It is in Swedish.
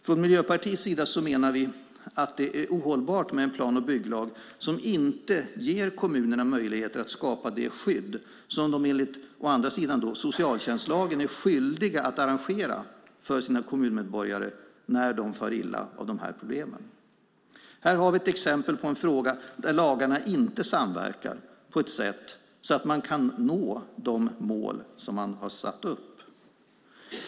Vi i Miljöpartiet menar att det är ohållbart med en plan och bygglag som inte ger kommunerna möjligheter att skapa det skydd som de enligt socialtjänstlagen är skyldiga att arrangera för sina kommunmedborgare när de far illa av de här problemen. Här har vi ett exempel på en fråga där lagarna inte samverkar på ett sådant sätt att man kan nå de mål som man har satt upp.